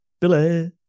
Billy